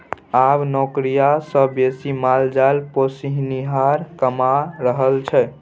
आब नौकरिया सँ बेसी माल जाल पोसनिहार कमा रहल छै